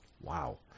Wow